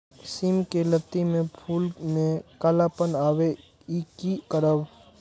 सिम के लत्ती में फुल में कालापन आवे इ कि करब?